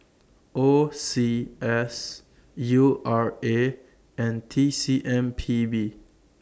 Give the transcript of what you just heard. O C S U R A and T C M P B